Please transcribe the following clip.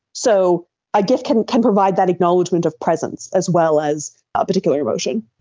so a gif can can provide that acknowledgement of presence as well as a particular emotion.